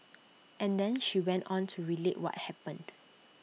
and then she went on to relate what happened